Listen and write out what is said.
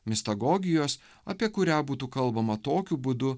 mistagogijos apie kurią būtų kalbama tokiu būdu